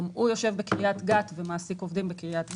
וגם הוא יושב בקריית גת ומעסיק עובדים בקריית גת.